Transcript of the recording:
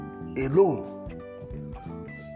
alone